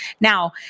Now